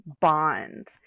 bond